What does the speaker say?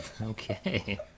Okay